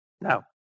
Now